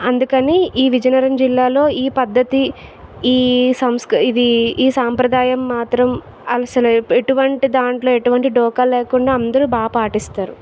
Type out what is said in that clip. అందుకని ఈ విజయనగరం జిల్లాలో ఈ పద్ధతి ఈ సంస్కృ ఇది ఈ సాంప్రదాయం మాత్రం అలసలే ఎటువంటి దాంట్లో ఎటువంటి డోకా లేకుండా అందరూ బాగా పాటిస్తారు